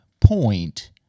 point